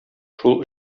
шул